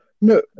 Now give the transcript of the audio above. No